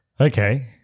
Okay